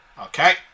Okay